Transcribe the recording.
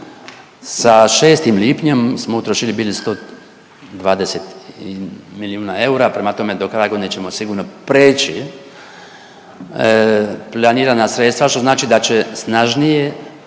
sa 6. lipnjem smo utrošili bili 120 milijuna eura. Prema tome do kraja godine ćemo sigurno prijeći planirana sredstva, što znači da će snažnije,